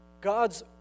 God's